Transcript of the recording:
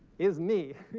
is me